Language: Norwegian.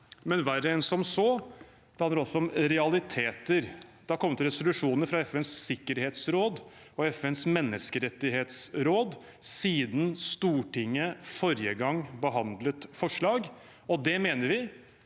men verre enn som så handler det også om realiteter. Det har kommet resolusjoner fra FNs sikkerhetsråd og FNs menneskerettighetsråd siden Stortinget forrige gang behandlet forslag. Det mener vi